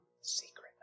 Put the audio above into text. secret